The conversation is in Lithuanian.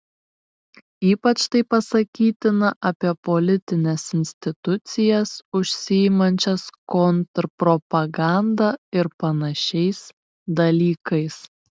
ypač tai pasakytina apie politines institucijas užsiimančias kontrpropaganda ir panašiais dalykais